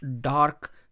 dark